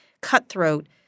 cutthroat